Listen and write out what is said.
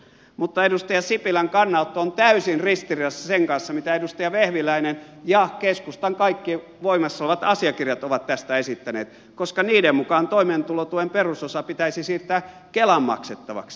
mutta edustaja sipilän kannanotto on täysin ristiriidassa sen kanssa mitä edustaja vehviläinen ja keskustan kaikki voimassa olevat asiakirjat ovat tästä esittäneet koska niiden mukaan toimeentulotuen perusosa pitäisi siirtää kelan maksettavaksi